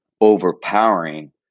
overpowering